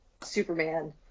Superman